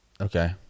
Okay